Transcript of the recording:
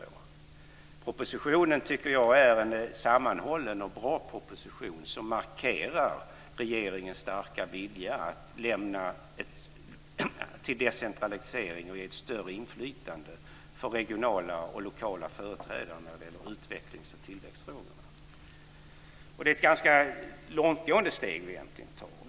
Jag tycker att propositionen är en sammanhållen och bra proposition som markerar regeringens starka vilja till decentralisering och större inflytande för regionala och lokala företrädare när det gäller utvecklings och tillväxtfrågor. Det är egentligen ett ganska långtgående steg vi tar.